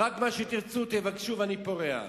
מה שתרצו, רק תבקשו, ואני פורע.